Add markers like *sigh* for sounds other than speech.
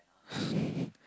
*breath*